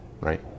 right